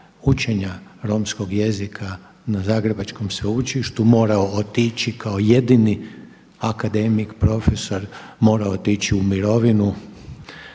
učenja romskog jezika na Zagrebačkom sveučilištu morao otići kao jedini akademik, profesor morao otići u mirovinu.